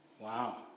Wow